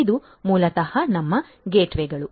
ಇದು ಮೂಲತಃ ನಮ್ಮ ಗೇಟ್ವೇಗಳು